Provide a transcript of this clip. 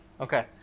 Okay